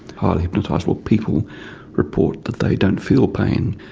highly hypnotisable people report that they don't feel pain,